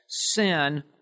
sin